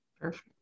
Perfect